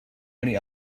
many